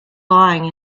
lying